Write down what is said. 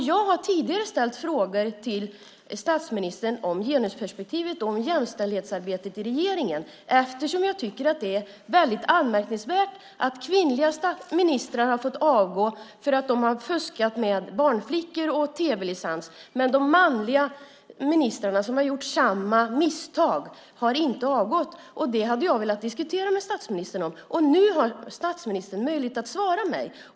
Jag har tidigare ställt frågor till statsministern om genusperspektivet och om jämställdhetsarbetet i regeringen, eftersom jag tycker att det är väldigt anmärkningsvärt att kvinnliga ministrar har fått avgå för att de har fuskat med barnflickor och tv-licens men att de manliga ministrarna, som har gjort samma misstag, inte har avgått. Det hade jag velat diskutera med statsministern. Nu har statsministern möjlighet att svara mig.